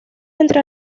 entre